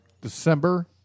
December